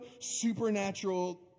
supernatural